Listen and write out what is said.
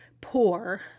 poor